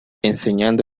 enseñando